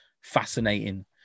fascinating